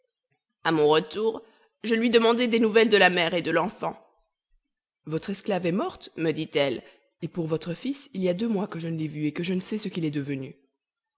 à mon retour je lui demandai des nouvelles de la mère et de l'enfant votre esclave est morte me dit-elle et pour votre fils il y a deux mois que je ne l'ai vu et que je ne sais ce qu'il est devenu